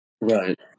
Right